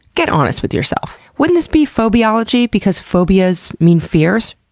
get honest with yourself. wouldn't this be phobiology, because phobias mean fears?